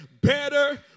better